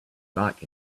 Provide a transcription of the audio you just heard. back